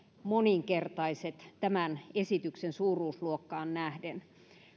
moninkertaiset tämän esityksen suuruusluokkaan nähden